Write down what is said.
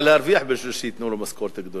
אבל היא צריכה להרוויח בשביל שייתנו לו משכורת גדולה,